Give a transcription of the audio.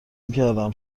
میکردم